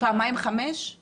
פעמיים חמישה ימים?